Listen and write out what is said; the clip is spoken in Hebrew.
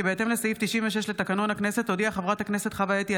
כי בהתאם לסעיף 96 לתקנון הכנסת הודיעה חברת הכנסת חוה אתי